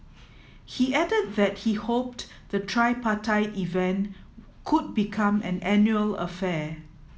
he added that he hoped the tripartite event could become an annual affair